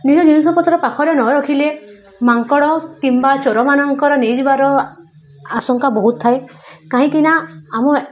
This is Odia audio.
ନିଜ ଜିନିଷପତ୍ର ପାଖରେ ନ ରଖିଲେ ମାଙ୍କଡ଼ କିମ୍ବା ଚୋରମାନଙ୍କର ନେଇଯିବାର ଆଶଙ୍କା ବହୁତ ଥାଏ କାହିଁକିନା ଆମ